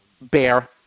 bear